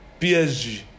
PSG